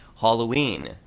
Halloween